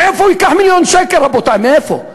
מאיפה הוא ייקח מיליון שקל, רבותי, מאיפה?